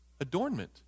Adornment